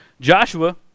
Joshua